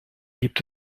gibt